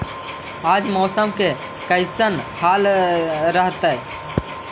आज मौसम के कैसन हाल रहतइ?